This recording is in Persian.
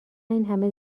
اینهمه